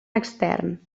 extern